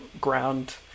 ground